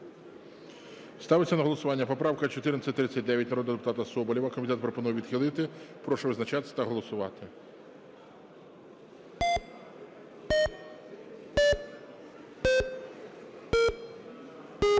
Ставиться на голосування поправка 1439 народного депутата Соболєва. Комітет пропонує відхилити. Прошу визначатись та голосувати.